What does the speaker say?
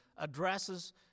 addresses